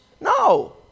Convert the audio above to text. No